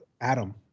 Adam